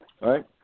right